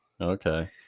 Okay